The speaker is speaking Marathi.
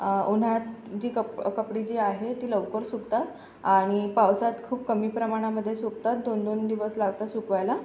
उन्हाळ्यात जी कप कपडे जी आहे ती लवकर सुकतात आणि पावसात खूप कमी प्रमाणामध्ये सुकतात दोन दोन दिवस लावतात सुकवायला